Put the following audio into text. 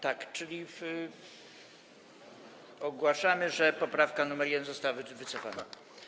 Tak, czyli ogłaszamy, że poprawka nr 1 została wycofana.